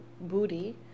booty